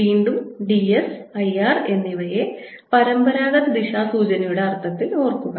വീണ്ടും d s I R എന്നിവയെ പരമ്പരാഗത ദിശാസൂചനയുടെ അർത്ഥത്തിൽ ഓർക്കുക